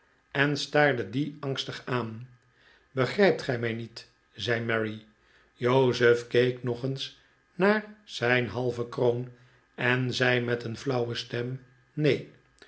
en staarde die angstig aan begrijpt gij mij niet zei mary jozef keek nog eens naar zijn halve kroon en zei met een flauwe stem neen